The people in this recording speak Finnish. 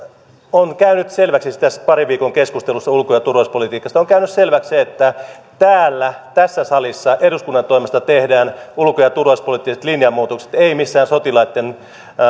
on käynyt selväksi tässä parin viikon keskustelussa ulko ja turvallisuuspolitiikasta että täällä tässä salissa eduskunnan toimesta tehdään ulko ja turvallisuuspoliittiset linjanmuutokset ei missään sotilaitten